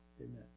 Amen